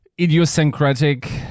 idiosyncratic